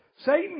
Satan